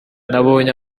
nabonye